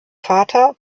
vater